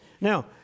Now